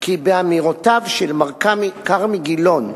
כי באמירותיו של מר כרמי גילון,